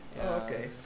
Okay